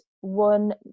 one